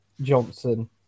Johnson